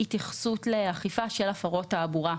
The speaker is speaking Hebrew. התייחסות לאכיפה של הפרות תעבורה,